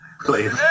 please